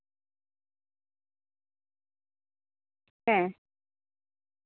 ᱦᱮᱸ